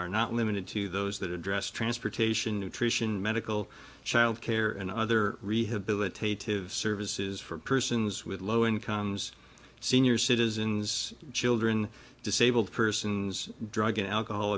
are not limited to those that address transportation nutrition medical child care and other rehabilitative services for persons with low incomes senior citizens children disabled persons drug and alcohol